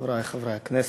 חברי חברי הכנסת,